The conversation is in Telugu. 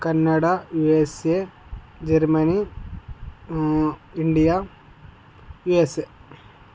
Kannada USA Germany India USA